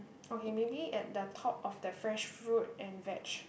okay maybe at the top of the fresh fruit and veg